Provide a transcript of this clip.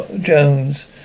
Jones